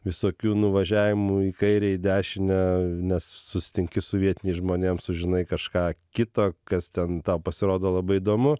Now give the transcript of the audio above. visokių nuvažiavimų į kairę į dešinę nes susitinki su vietiniais žmonėm sužinai kažką kito kas ten tau pasirodo labai įdomu